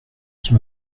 qui